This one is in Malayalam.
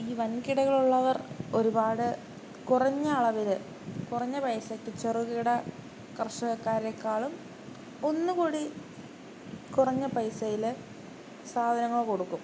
ഈ വൻ കിടകളുള്ളവർ ഒരുപാട് കുറഞ്ഞ അളവിൽ കുറഞ്ഞ പൈസയ്ക്ക് ചെറുകിട കർഷകരേക്കാളും ഒന്നുകൂടി കുറഞ്ഞ പൈസയിൽ സാധനങ്ങൾ കൊടുക്കും